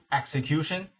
execution